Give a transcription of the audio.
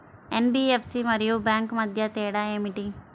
NBFC మరియు bank మధ్య తేడా ఏమిటీ?